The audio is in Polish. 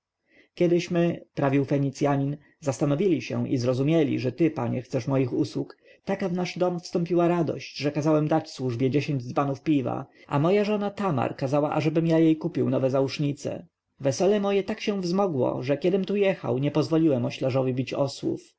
kiedyśmy prawił fenicjanin zastanowili się i zrozumieli że ty panie chcesz moich usług taka w nasz dom wstąpiła radość że kazałem dać służbie dziesięć dzbanów piwa a moja żona tamar kazała ażebym ja jej kupił nowe zausznice wesele moje tak się wzmogło że kiedym tu jechał nie pozwoliłem oślarzowi bić osłów